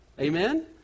Amen